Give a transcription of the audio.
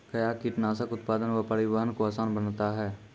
कया कीटनासक उत्पादन व परिवहन को आसान बनता हैं?